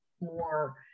more